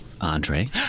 Andre